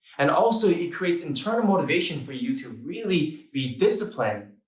and also, it creates internal motivation for you to really be disciplined.